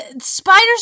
spiders